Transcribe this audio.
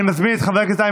אני הבנתי, גברתי.